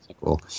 cool